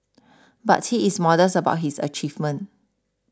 but he is modest about his achievement